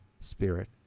spirit